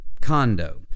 condo